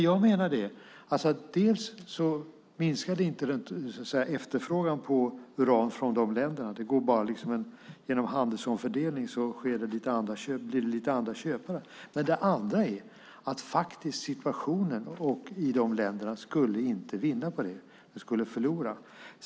Jag menar att det inte minskar efterfrågan på uran från de länderna. Det blir genom handelsomfördelning lite andra köpare. Det andra är att miljön i de länderna inte skulle vinna på det utan förlora.